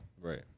Right